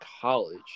college